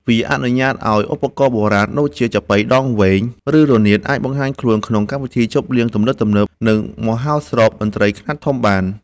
វាអនុញ្ញាតឱ្យឧបករណ៍បុរាណដូចជា ចាប៉ីដងវែង ឬរនាត អាចបង្ហាញខ្លួនក្នុងកម្មវិធីជប់លៀងទំនើបៗ និងមហោស្រពតន្ត្រីខ្នាតធំបាន។